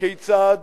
כיצד